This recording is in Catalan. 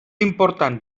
important